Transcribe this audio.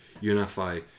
unify